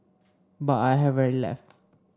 but I have rarely left